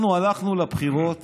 אנחנו הלכנו לבחירות